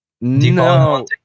no